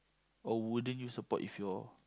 or wouldn't you support if your